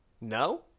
No